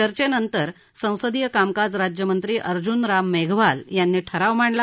चर्चेनंतर संसदीय कामकाज राज्यमंत्री अर्जुन राम मेघवाल यांनी ठराव मांडला